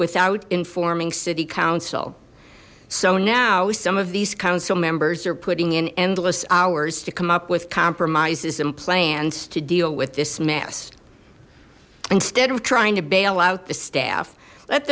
without informing city council so now some of these council members are putting in endless hours to come up with compromises and plans to deal with this mess instead of trying to bail out the staff let